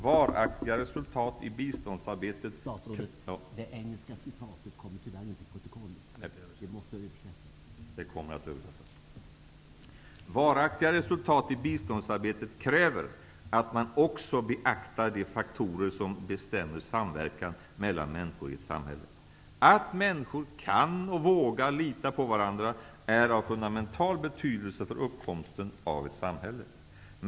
Varaktiga resultat i biståndsarbetet kräver att man också beaktar de faktorer som bestämmer samverkan mellan människor i ett samhälle. Att människor kan och vågar lita på varandra är av fundamental betydelse för uppkomsten av ett samhälle.